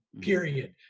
Period